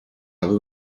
habe